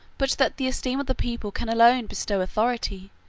but that the esteem of the people can alone bestow authority,